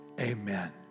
amen